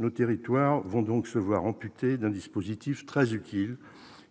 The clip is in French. Nos territoires vont donc se voir amputer d'un dispositif très utile,